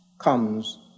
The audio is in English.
comes